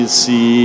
see